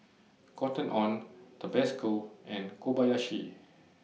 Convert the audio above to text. Cotton on Tabasco and Kobayashi